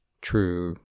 true